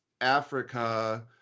Africa